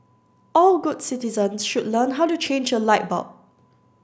all good citizens should learn how to change a light bulb